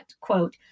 quote